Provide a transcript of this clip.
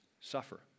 suffer